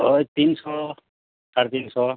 ও তিনশো সাড়ে তিনশো